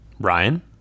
Ryan